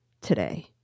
today